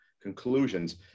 conclusions